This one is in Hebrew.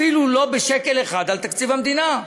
אפילו לא בשקל אחד, על תקציב המדינה.